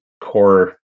core